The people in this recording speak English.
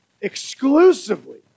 exclusively